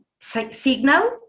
signal